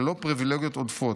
ללא פריבילגיות עודפות,